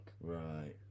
Right